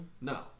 No